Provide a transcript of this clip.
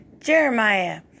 Jeremiah